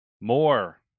More